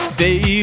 day